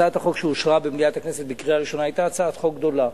הצעת החוק שאושרה במליאת הכנסת בקריאה ראשונה היתה הצעת חוק גדולה,